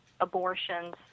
abortions